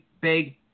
big